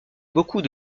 beaucoup